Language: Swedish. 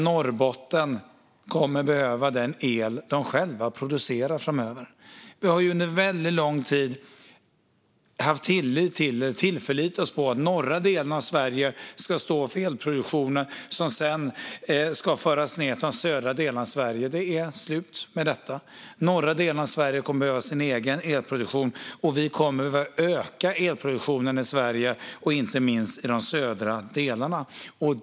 Norrbotten kommer att behöva den el de själva producerar framöver. Vi har under väldigt lång tid förlitat oss på att norra delen av Sverige ska stå för produktionen av el som sedan ska föras ned till de södra delarna av Sverige. Det är slut med detta. Norra delarna av Sverige kommer att behöva sin egen elproduktion. Vi kommer att behöva öka elproduktionen i Sverige och inte minst i de södra delarna.